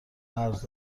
قرض